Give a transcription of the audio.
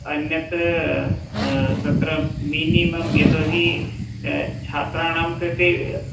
अन्यत् तत्र मिनिमम् यतो हि छात्राणां कृते